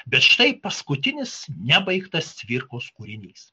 bet štai paskutinis nebaigtas cvirkos kūrinys